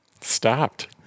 stopped